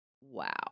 wow